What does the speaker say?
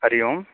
हरिः ओम्